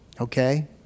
okay